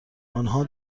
آنها